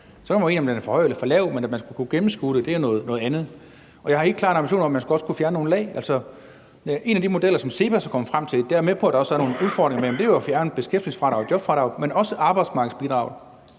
den er for høj eller for lav, men at man skal kunne gennemskue det, er noget andet. Jeg har helt klart en ambition om, at man også skal kunne fjerne nogle lag. En af de modeller, som CEPOS er kommet frem til – den er jeg med på at der også er nogle udfordringer med – er jo at fjerne beskæftigelsesfradraget, jobfradraget, men også arbejdsmarkedsbidraget.